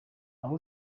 aho